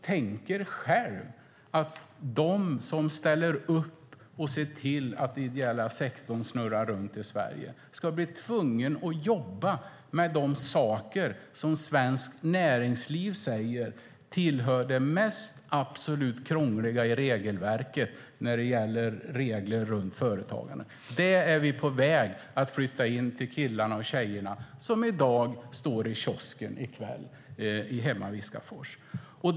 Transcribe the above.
Tänk er själva att de som ställer upp och ser till att den ideella sektorn snurrar i Sverige ska bli tvungna att jobba med de saker som Svenskt Näringsliv säger tillhör det mest krångliga i regelverket när det gäller regler runt företagande! Det är vi på väg att flytta in till de killar och tjejer som i kväll står i kiosken hemma i Viskafors.